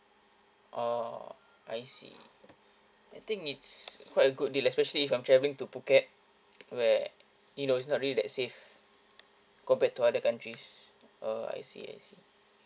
oh I see I think it's quite a good deal especially if I'm travelling to phuket where you know it's not really that safe compared to other countries uh I see I see